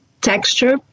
Texture